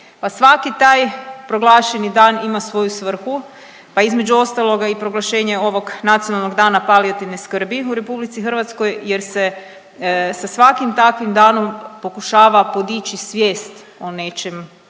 svaki taj proglašeni dan ima svoju svrhu, pa između ostaloga i proglašenje ovog Nacionalnog dana palijativne skrbi u Republici Hrvatskoj, jer se sa svakim takvim danom pokušava podići svijest o nečem,